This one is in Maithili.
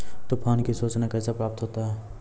तुफान की सुचना कैसे प्राप्त होता हैं?